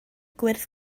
gwyrdd